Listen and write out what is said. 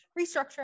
restructure